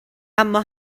اما